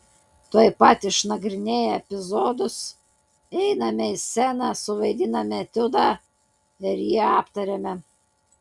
tuoj pat išnagrinėję epizodus einame į sceną suvaidiname etiudą ir jį aptariame